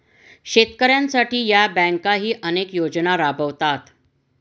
शेतकऱ्यांसाठी या बँकाही अनेक योजना राबवतात